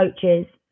coaches